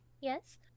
Yes